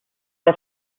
the